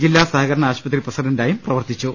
ജില്ലാ സഹകരണ ആശുപത്രി പ്രസിഡന്റായും പ്രവർത്തിച്ചു